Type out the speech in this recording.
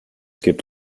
gibt